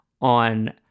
on